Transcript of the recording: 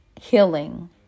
healing